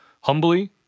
humbly